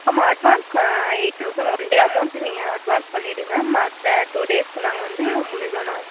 ஆமாம் அட்வான்ஸ்க்கு eight thousand one day amount நீங்கள் அட்வான்ஸ் பண்ணிவிடுங்க மற்ற டூ டேஸ்க்கு நாங்கள் வந்து முடிஞ்சவொன்னே வாங்கிக்குறோம்